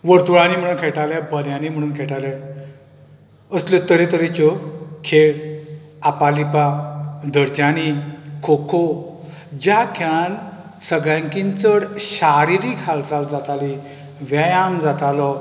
वर्तुळांनी म्हणून खेळटाले पर्यानी म्हणून खेळटाले असल्यो तरेतरेच्यो खेळ आपालिपां धरच्यांनी खो खो ज्या खेळान सगळ्यांकीन चड शारीरिक हालचाल जाताली व्यायाम जातालो